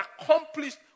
accomplished